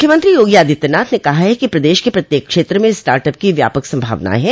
मुख्यमंत्री योगी आदित्यनाथ ने कहा है कि प्रदेश के प्रत्येक क्षेत्र में स्टार्ट अप की व्यापक सम्भावनाएं हैं